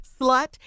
slut